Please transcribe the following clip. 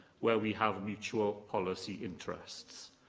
where we have mutual policy interests.